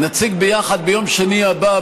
ביום שני הבא,